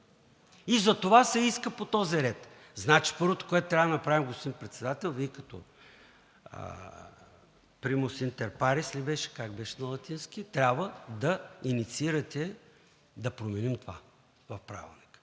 и затова се иска по този ред! Значи първото, което трябва да направим, господин Председател, е Вие като Primus inter pares ли беше, как беше на латински, трябва да инициирате да променим това в Правилника.